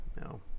No